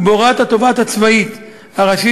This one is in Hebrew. ובהוראת התובעת הצבאית הראשית,